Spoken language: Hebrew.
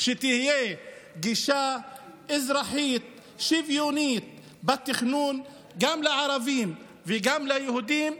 שתהיה גישה אזרחית שוויונית בתכנון גם לערבים וגם ליהודים.